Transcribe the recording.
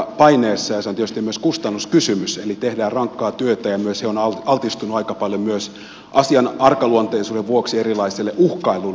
se on tietysti myös kustannuskysymys eli tehdään rankkaa työtä ja he ovat altistuneet aika paljon myös asian arkaluonteisuuden vuoksi erilaisille uhkailuille